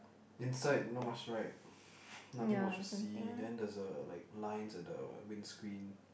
inside no much right nothing much to see then there is a like lines in the windscreen